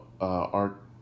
art